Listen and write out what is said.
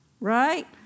Right